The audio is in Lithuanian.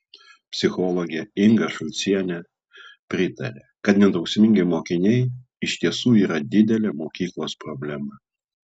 psichologė inga šulcienė pritaria kad nedrausmingi mokiniai iš tiesų yra didelė mokyklos problema